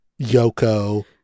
Yoko